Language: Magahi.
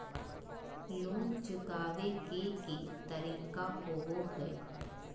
लोन चुकाबे के की तरीका होबो हइ?